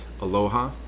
Aloha